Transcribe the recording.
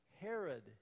Herod